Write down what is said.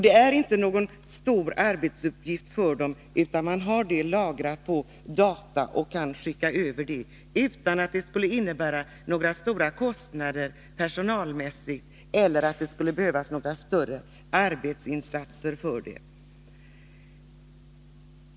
Det är inte någon stor arbetsuppgift, utan man har detta lagrat på data och kan skicka över det utan att det skulle innebära några stora kostnader personalmässigt eller behövas ytterligare arbetsinsatser.